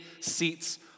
seats